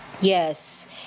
yes